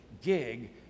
gig